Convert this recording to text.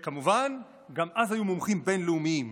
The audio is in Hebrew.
כמובן, גם אז היו מומחים בין-לאומיים.